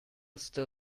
still